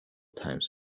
times